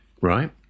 right